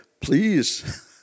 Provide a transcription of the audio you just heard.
please